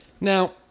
Now